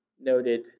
noted